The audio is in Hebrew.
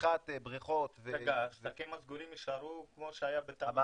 פתיחת בריכות ו --- אז השטחים הסגורים יישארו כמו שהיה בתו הסגול?